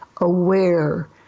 aware